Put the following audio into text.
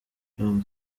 com